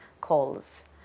calls